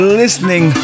listening